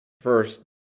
first